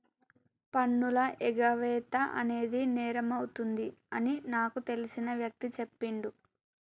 పన్నుల ఎగవేత అనేది నేరమవుతుంది అని నాకు తెలిసిన వ్యక్తి చెప్పిండు